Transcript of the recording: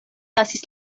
lasis